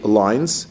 lines